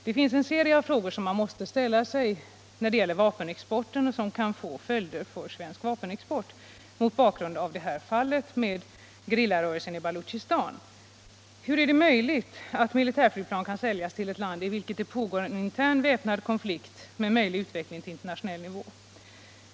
Det finns en serie av frågor som man måste ställa sig och som kan få följder för svensk vapenexport mot bakgrund av det här fallet med leverans mot gerillarörelser i Baluchistan. Hur är det möjligt att militärflygplan säljs till ett land i vilket det pågår en intern väpnad konflikt med möjlig utveckling till internationell nivå?